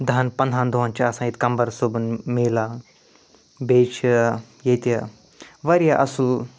دَہَن پَنٛداہَن دۄہَن چھِ آسان ییٚتہِ کَمبَر صٲبُن میلا بیٚیہِ چھِ ییٚتہِ واریاہ اَصٕل